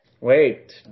Wait